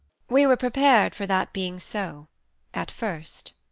we were prepared for that being so at first.